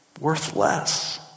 Worthless